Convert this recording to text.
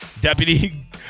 Deputy